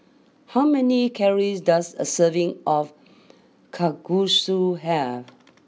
how many calories does a serving of Kalguksu have